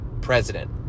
president